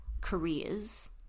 careers